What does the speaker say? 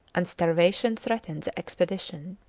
and starvation threatened the expedition.